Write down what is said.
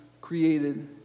created